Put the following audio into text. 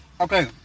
Okay